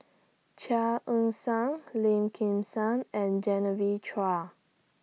Chia Ann Siang Lim Kim San and Genevieve Chua